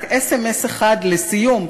רק סמ"ס אחד, לסיום.